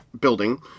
building